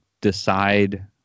decide